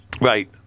Right